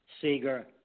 Seeger